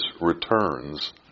returns